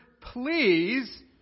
please